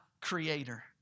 Creator